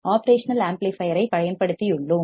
operational amplifier ஐப் பயன்படுத்தியுள்ளோம்